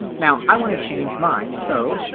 now, i want to change mine so